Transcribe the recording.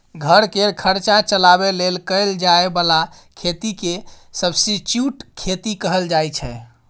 घर केर खर्चा चलाबे लेल कएल जाए बला खेती केँ सब्सटीट्युट खेती कहल जाइ छै